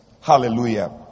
Hallelujah